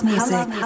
Music